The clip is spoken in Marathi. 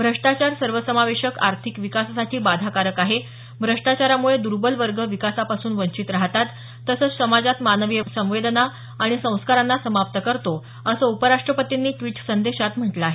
भ्रष्टाचार सर्वसमावेशक आर्थिक विकासासाठी बाधाकारक आहे भ्रष्टाचारामुळे दुर्बल वर्ग विकासापासून वंचित राहतात तसंच समाजात मानवीय संवेदना आणि संस्कारांना समाप्त करतो असं उपराष्ट्रपतींनी द्विट संदेशात म्हटलं आहे